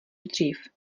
dřív